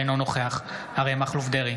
אינו נוכח אריה מכלוף דרעי,